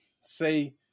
say